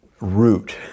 root